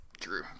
True